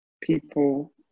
people